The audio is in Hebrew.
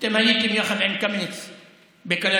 אתם הייתם יחד עם קמיניץ בקלנסווה,